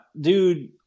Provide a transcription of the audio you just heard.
dude